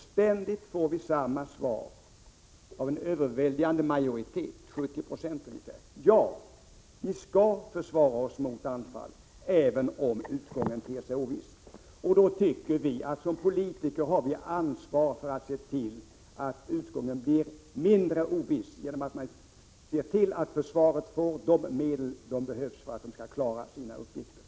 Ständigt får vi samma svar av en överväldigande majoritet, ungefär 70 96: Ja, vi skall försvara oss mot anfall, även om utgången ter sig oviss. Då tycker vi att vi som politiker har ansvar för att se till att utgången blir mindre oviss genom att försvaret får de medel som behövs för att uppgifterna skall kunna lösas.